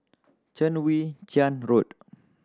Chwee Chian Road